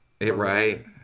Right